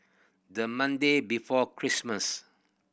the Monday before Christmas